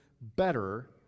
better